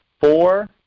four